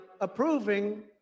approving